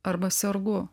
arba sergu